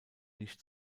nicht